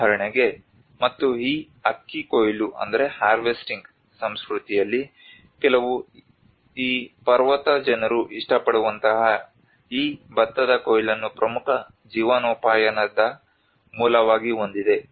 ಉದಾಹರಣೆಗೆ ಮತ್ತು ಈ ಅಕ್ಕಿ ಕೊಯ್ಲು ಸಂಸ್ಕೃತಿಯಲ್ಲಿ ಕೆಲವು ಈ ಪರ್ವತ ಜನರು ಇಷ್ಟಪಡುವಂತಹ ಈ ಭತ್ತದ ಕೊಯ್ಲನ್ನು ಪ್ರಮುಖ ಜೀವನೋಪಾಯದ ಮೂಲವಾಗಿ ಹೊಂದಿದೆ